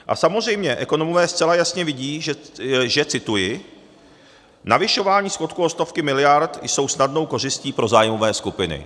A samozřejmě ekonomové zcela jasně vidí, že cituji: Navyšování schodku o stovky miliard je snadnou kořistí pro zájmové skupiny.